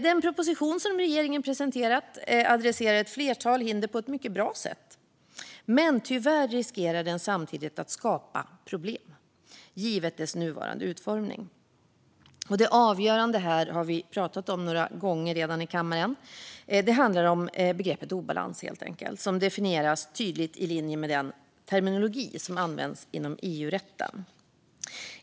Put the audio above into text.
Den proposition som regeringen presenterat adresserar ett flertal hinder på ett mycket bra sätt. Men tyvärr riskerar den samtidigt att skapa problem, givet dess nuvarande utformning. Det avgörande här - det har vi redan pratat om några gånger i kammaren - är begreppet "obalans", som tydligt definieras i linje med den terminologi som används inom EU-rätten.